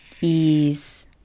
ease